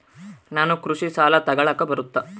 ನಾನು ಕೃಷಿ ಸಾಲ ತಗಳಕ ಬರುತ್ತಾ?